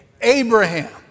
Abraham